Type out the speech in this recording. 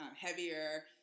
heavier